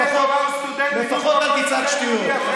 לפחות אל תצעק שטויות.